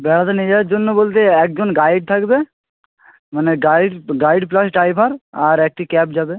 বেড়াতে নিয়ে যাওয়ার জন্য বলতে একজন গাইড থাকবে মানে গাইড গাইড প্লাস ড্রাইভার আর একটি ক্যাব যাবে